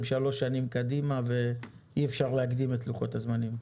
שלוש שנים קדימה ולמה אי אפשר להקדים את לוחות הזמנים?